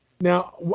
Now